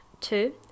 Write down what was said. two